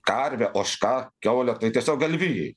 karve ožka kiaule tai tiesiog galvijai